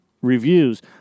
reviews